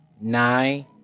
nine